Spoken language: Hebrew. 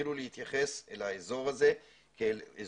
שיתחילו להתייחס לאזור הזה כאזור